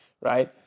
right